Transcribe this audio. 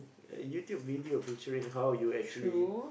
YouTube video featuring how you actually